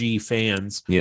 fans